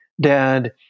Dad